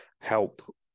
help